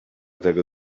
tego